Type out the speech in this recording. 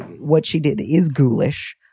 what she did is ghoulish,